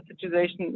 situation